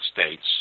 States